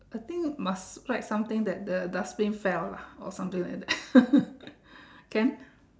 I think must write something that the dustbin fell lah or something like that can